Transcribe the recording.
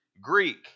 Greek